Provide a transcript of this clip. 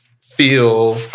feel